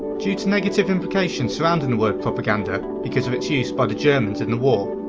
due to negative implications surrounding the word propaganda because of its use by the germans in the war,